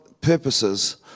purposes